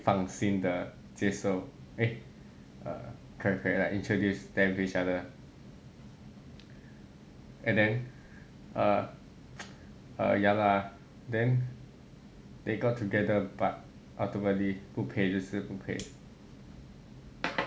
放心的接受可以可以 like introduce them to each other lah and then uh uh ya lah then they got together but ultimately 不配就是不配